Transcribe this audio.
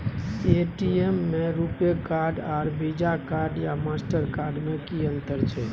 ATM में RuPay card आर Visa card या मास्टर कार्ड में कि अतंर छै?